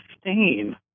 stain